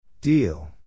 Deal